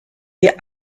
die